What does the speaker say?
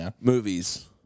movies